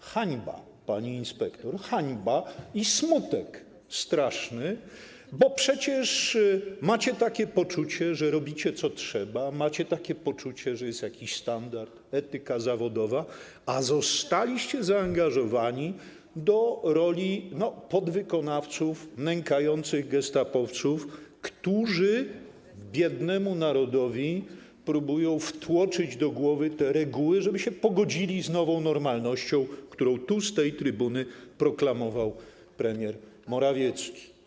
To hańba, pani inspektor, hańba i straszny smutek, bo przecież macie takie poczucie, że robicie, co trzeba, macie takie poczucie, że to jest jakiś standard, etyka zawodowa, a zostaliście zaangażowani do roli podwykonawców, nękających gestapowców, którzy biednemu narodowi próbują wtłoczyć do głowy te reguły, żeby pogodzili się z nową normalnością, którą tu, z tej trybuny, proklamował premier Morawiecki.